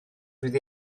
fydd